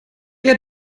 ihr